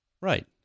Right